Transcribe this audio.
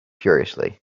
furiously